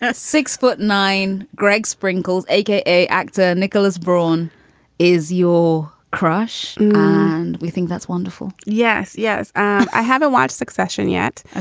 ah six foot nine greg sprinkles, a k a. actor nicholas brawne is your crush. and we think that's wonderful. yes. yes i have watched succession yet.